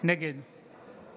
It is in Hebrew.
נגד